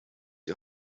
die